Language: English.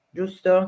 giusto